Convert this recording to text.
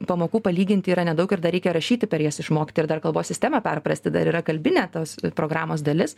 pamokų palyginti yra nedaug ir dar reikia rašyti per jas išmokti ir dar kalbos sistemą perprasti dar yra kalbinė tos programos dalis